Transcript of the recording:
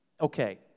Okay